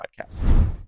podcasts